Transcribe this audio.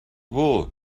wool